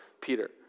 Peter